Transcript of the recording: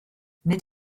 nid